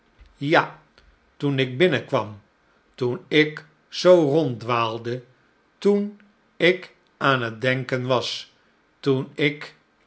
gesproja toen ik binnenkwam toen ikzooronddwaalde toen ik aan het denken was toen ik